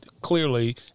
clearly